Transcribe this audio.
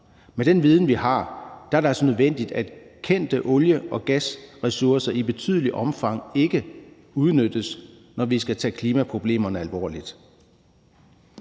Med den viden, vi har, er det altså nødvendigt, at kendte olie- og gasressourcer i betydeligt omfang ikke udnyttes, når vi skal tage klimaproblemerne alvorligt.